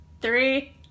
Three